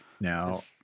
Now